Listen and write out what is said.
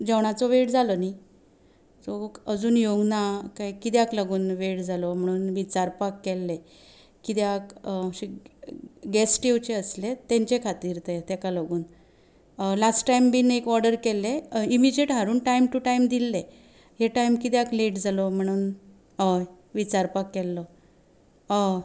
जेवणाचो वेळ जालो न्हय सो अजून येवंक ना काय किद्याक लागून वेळ जालो म्हणून विचारपाक केल्ले कित्याक गॅस्ट येवचे आसले तेंचे खातीर ताका लागून लास्ट टायम बी एक ऑर्डर केल्ले इमिजियेट हारून टायम टू टायम दिल्ले हे टायम कित्याक लेट जालो म्हणून हय विचारपाक केल्लो हय